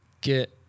get